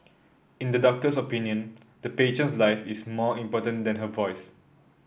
in the doctor's opinion the patient's life is more important than her voice